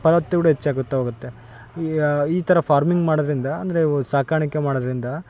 ಫಲವತ್ತೆ ಕೂಡ ಹೆಚ್ಚಾಗುತ್ತಾ ಹೋಗುತ್ತೆ ಈ ಯಾ ಈ ಥರ ಫಾರ್ಮಿಂಗ್ ಮಾಡೋದ್ರಿಂದ ಅಂದರೆ ಅವು ಸಾಕಾಣಿಕೆ ಮಾಡೋದ್ರಿಂದ